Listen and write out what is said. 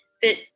fit